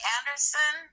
Anderson